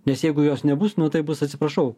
nes jeigu jos nebus nu tai bus atsiprašau